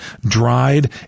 dried